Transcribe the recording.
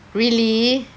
really